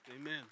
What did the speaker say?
Amen